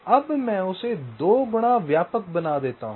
अब मैं उसे 2 गुणा व्यापक बना देता हूँ